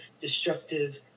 destructive